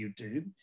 YouTube